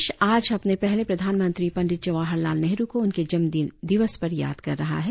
देश आज अपने पहले प्रधानमंत्री पंडित जवाहर लाल नेहरु को उनके जन्म दिवस पर याद कर रहा है